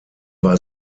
war